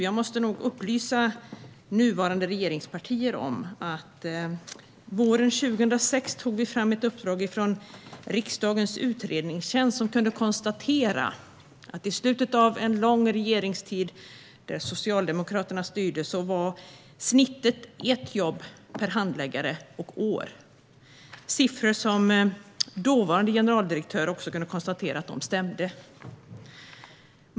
Jag vill upplysa nuvarande regeringspartier om att vi under våren 2006 lämnade ett uppdrag till riksdagens utredningstjänst, som konstaterade att - i slutet av en lång regeringsperiod när Socialdemokraterna styrde - genomsnittet var ett jobb per handläggare och år. Dåvarande generaldirektör konstaterade också att dessa siffror stämde.